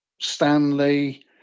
Stanley